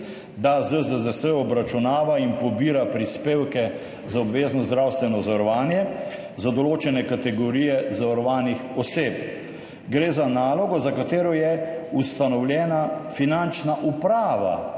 da ZZZS obračunava in pobira prispevke za obvezno zdravstveno zavarovanje za določene kategorije zavarovanih oseb. Gre za nalogo, za katero je ustanovljena Finančna uprava